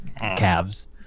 calves